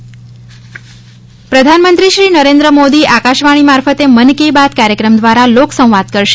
મન કી બાત પ્રધાનમંત્રીશ્રી નરેન્દ્ર મોદી આકાશવાણી મારફતે મન કી બાત કાર્યક્રમ દ્વારા લોકસંવાદ કરશે